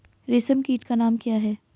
रेशम कीट का नाम क्या है?